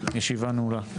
הישיבה נעולה.